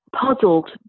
puzzled